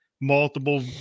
multiple